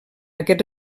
aquest